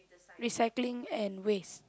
recycling and waste